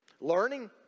Learning